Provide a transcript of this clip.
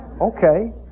okay